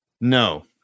No